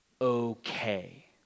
okay